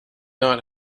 not